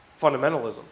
fundamentalism